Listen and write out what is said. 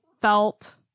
felt